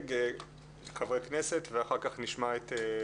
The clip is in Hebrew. דיבור קודם לחברי הכנסת ואחר כך לארגונים.